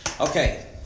okay